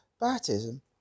baptism